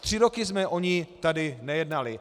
Tři roky jsme o ní tady nejednali.